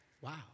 Wow